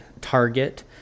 target